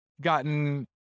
gotten